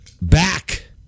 back